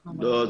לא.